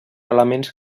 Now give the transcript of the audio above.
elements